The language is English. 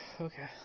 Okay